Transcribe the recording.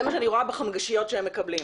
זה מה שאני רואה בחמגשיות שהם מקבלים.